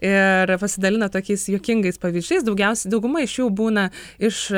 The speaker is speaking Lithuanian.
ir pasidalina tokiais juokingais pavyzdžiais daugiausiai dauguma iš jų būna iš